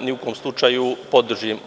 ni u kom slučaju podržim.